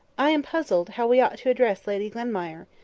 i am puzzled how we ought to address lady glenmire.